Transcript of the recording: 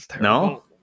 No